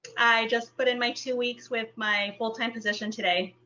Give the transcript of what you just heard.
i just put in my two weeks with my full-time position today.